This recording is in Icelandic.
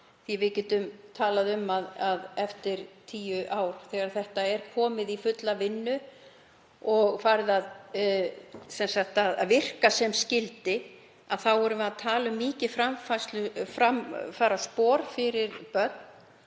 er til langs tíma því að eftir tíu ár, þegar þetta er komið í fulla vinnu og farið að virka sem skyldi, þá erum við að tala um mikið framfaraspor fyrir börn.